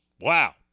Wow